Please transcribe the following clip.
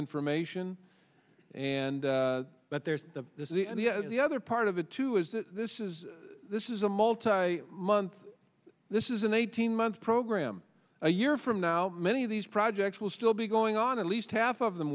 information and that there's the this is the other part of it too is that this is this is a multi month this is an eighteen month program a year from now many of these projects will still be going on at least half of them